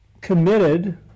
committed